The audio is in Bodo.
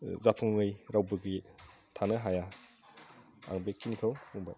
जाफुङै रावबो गैया थानो हाया आं बेखिनिखौ बुंबाय